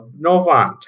Novant